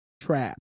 Trap